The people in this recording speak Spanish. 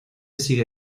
sigue